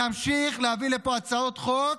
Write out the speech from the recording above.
נמשיך להביא לפה הצעות חוק